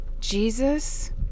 Jesus